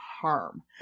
harm